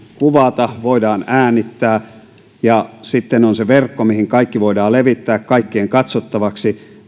kuvata voidaan äänittää ja sitten on se verkko mihin kaikki voidaan levittää kaikkien katsottavaksi